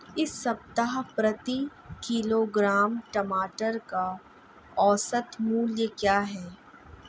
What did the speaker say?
इस सप्ताह प्रति किलोग्राम टमाटर का औसत मूल्य क्या है?